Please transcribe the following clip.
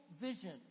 vision